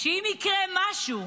שאם יקרה משהו,